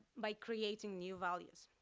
by creating new values.